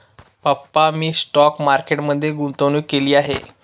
पप्पा मी stock market मध्ये गुंतवणूक केली आहे